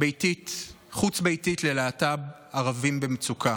חוץ-ביתית ללהט"ב ערבים במצוקה,